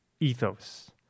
Ethos